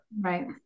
Right